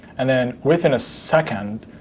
and then within a second